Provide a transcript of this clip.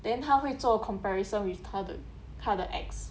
then 他会做 comparison with 他的他的 ex~